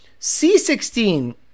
C16